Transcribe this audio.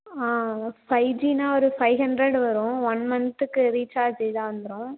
ஆ five G ன்னா ஒரு five hundred வரும் ஒன் மன்த்துக்கு ரீசார்ஜ் இதாக வந்துடும்